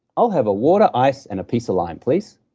i'll have a water, ice, and a piece of lime, please.